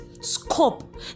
scope